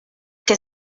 que